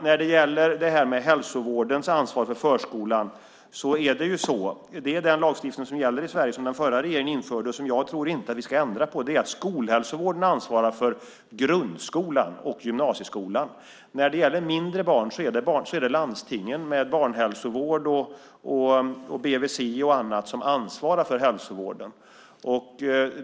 När det gäller detta med hälsovårdens ansvar för förskolan gäller den lagstiftning i Sverige som den förra regeringen införde, och den tror jag inte att vi ska ändra på. Skolhälsovården ansvarar för grundskolan och gymnasieskolan. När det gäller mindre barn är det landstingen med barnhälsovård, BVC och andra som ansvarar för hälsovården.